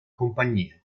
compagnia